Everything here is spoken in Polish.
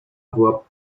była